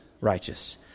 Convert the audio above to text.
righteous